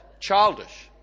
Childish